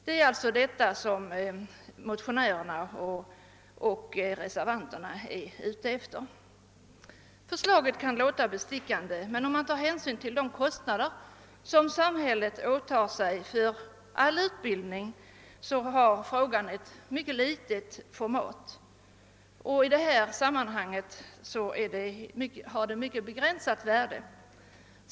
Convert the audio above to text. Det är alltså detta senare som motionärerna och reservanterna inriktat sig på. Förslaget kan låta bestickande, men om man tar hänsyn till de kostnader som samhället tar på sig för all utbildning framstår frågans format som mycket obetydligt. I detta sammanhang är värdet ytterst begränsat.